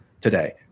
today